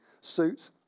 suit